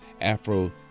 Afro